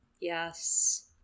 Yes